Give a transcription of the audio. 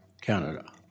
Canada